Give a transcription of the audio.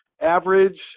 average